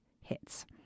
Hits